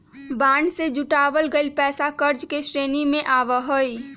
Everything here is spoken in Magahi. बांड से जुटावल गइल पैसा कर्ज के श्रेणी में आवा हई